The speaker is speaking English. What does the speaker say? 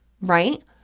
Right